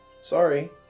Sorry